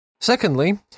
Secondly